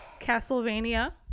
Castlevania